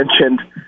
mentioned